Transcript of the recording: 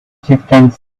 chieftains